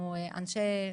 אנחנו אנשי,